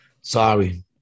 Sorry